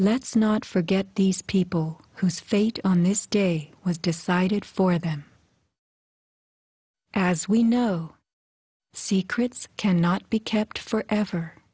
let's not forget these people whose fate on this day was decided for them as we know secrets cannot be kept for ever